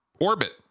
orbit